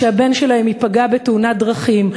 כשהבן ייפגע בתאונת דרכים,